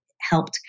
helped